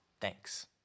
Thanks